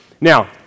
Now